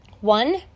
one